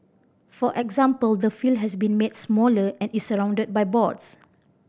for example the has been made smaller and is surrounded by boards